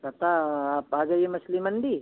पता आप आ जाइए मछली मंडी